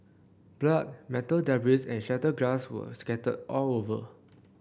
blood metal debris and shattered glass were scattered all over